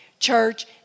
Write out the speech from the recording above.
Church